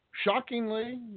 Shockingly